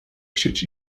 chcieć